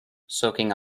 soaking